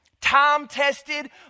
time-tested